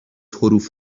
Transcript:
حروف